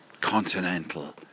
continental